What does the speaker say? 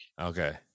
Okay